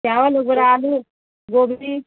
चावल उधरा आलू गोभी